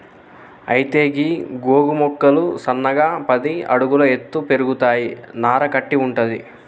అయితే గీ గోగు మొక్కలు సన్నగా పది అడుగుల ఎత్తు పెరుగుతాయి నార కట్టి వుంటది